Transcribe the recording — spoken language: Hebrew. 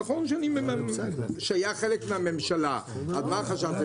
נכון, שאני חלק מהממשלה, אבל מה חשבתם?